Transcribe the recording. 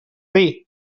dir